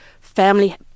family